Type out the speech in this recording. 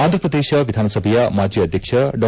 ಆಂಧ್ರ ಪ್ರದೇಶ ವಿಧಾನಸಭೆಯ ಮಾಜಿ ಅಧ್ವಕ್ಷ ಡಾ